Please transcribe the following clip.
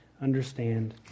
understand